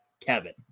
Kevin